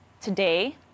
today